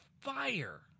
fire